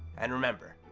and remember,